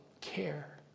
care